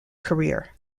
career